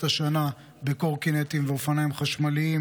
השנה בקורקינטים ואופניים חשמליים,